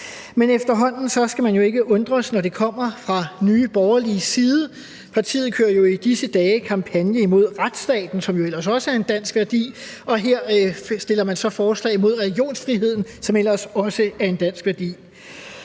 Men efterhånden skal man jo ikke undres, når det kommer fra Nye Borgerliges side. Partiet kører i disse dage kampagne imod retsstaten, som jo ellers også er en dansk værdi – og her stiller man så forslag imod religionsfriheden, som ellers også er en dansk værdi.